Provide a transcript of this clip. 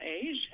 age